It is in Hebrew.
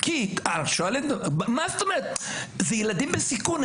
זה ילדים בסיכון.